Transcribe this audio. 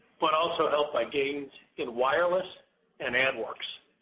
but also helped by gains in wireless and adworks.